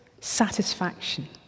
satisfaction